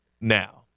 now